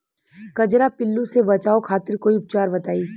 कजरा पिल्लू से बचाव खातिर कोई उपचार बताई?